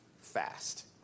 fast